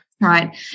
Right